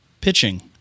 pitching